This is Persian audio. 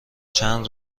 چند